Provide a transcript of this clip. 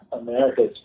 America